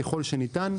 ככל שניתן,